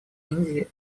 индии